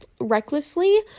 recklessly